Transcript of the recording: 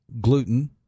gluten